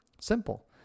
Simple